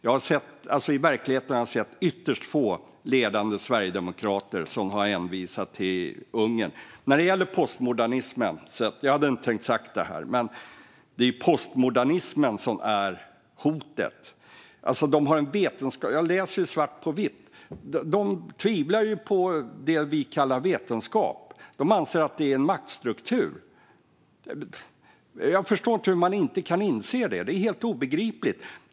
I verkligheten har jag alltså hört ytterst få ledande sverigedemokrater som har hänvisat till Ungern. Jag hade inte tänkt säga det här, men när det gäller postmodernismen är det den som är hotet. Jag läser svart på vitt: De tvivlar på det vi kallar vetenskap. De anser att det är en maktstruktur. Jag förstår inte hur man inte kan inse detta; det är helt obegripligt.